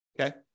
Okay